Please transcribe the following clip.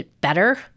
better